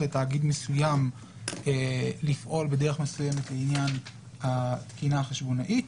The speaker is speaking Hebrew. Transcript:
לתאגיד מסוים לפעול בדרך מסוימת לעניין התקינה החשבונאית.